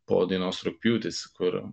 po dainos rugpjūtis kur